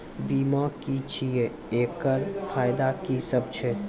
बीमा की छियै? एकरऽ फायदा की सब छै?